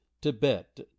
tibet